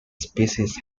species